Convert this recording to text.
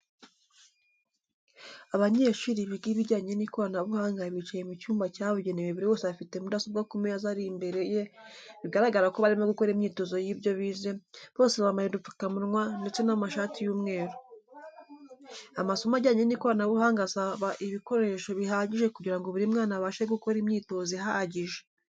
Abanyeshuri biga ibijyanye n'ikoranabuhanga bicaye mu cyumba cyabugenewe buri wese afite mudasobwa ku meza ari imbere ye bigaragara ko barimo gukora imyitozo y'ibyo bize, bose bambaye udupfukamunwa ndetse n'amashati y'umweru. Amasomo ajyanye n'ikoranabuhanga asaba ibikoreso bihagije kugira ngo buri mwana abashe gukora imyitozo ihagije.